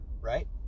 right